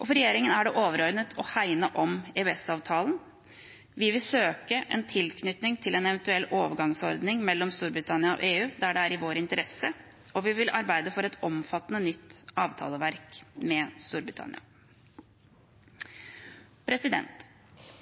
For regjeringen er det overordnet å hegne om EØS-avtalen. Vi vil søke en tilknytning til en eventuell overgangsordning mellom Storbritannia og EU der det er i vår interesse, og vi vil arbeide for et omfattende nytt avtaleverk med Storbritannia.